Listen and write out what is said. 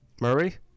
Murray